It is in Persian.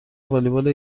والیبال